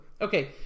Okay